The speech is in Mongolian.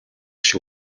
шиг